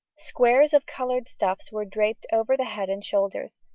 squares of coloured stuffs were draped over the head and shoulders,